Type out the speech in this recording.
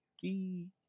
key